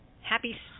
Happy